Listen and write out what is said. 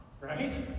right